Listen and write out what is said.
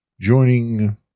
joining